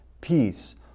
peace